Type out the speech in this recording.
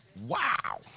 wow